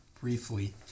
Briefly